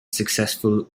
successful